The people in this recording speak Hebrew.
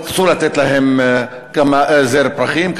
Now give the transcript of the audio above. רצו לתת להם זר פרחים,